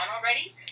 already